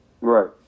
Right